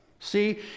See